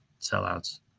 sellouts